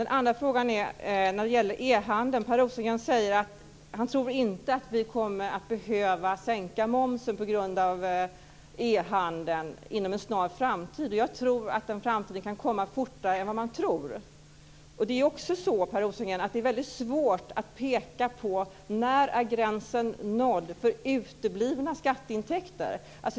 Den andra frågan gäller e-handeln. Per Rosengren tror inte att vi kommer att behöva sänka momsen på grund av e-handeln inom en snar framtid. Jag tror att den framtiden kan komma fortare än vad man tror. Det är väldigt svårt, Per Rosengren, att peka på när gränsen är nådd för uteblivna skatteintäkter.